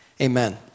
Amen